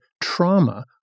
trauma